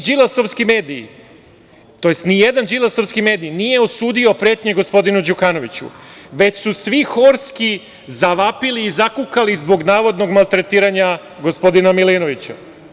Svi Đilasovski mediji tj. nijedan Đilasovski medij nije osudio pretnje gospodinu Đukanoviću, već su svi horski zavapili i zakukali zbog navodnog maltretiranja gospodina Milinovića.